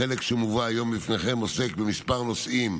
החלק שמובא היום בפניכם עוסק בכמה נושאים,